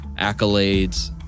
accolades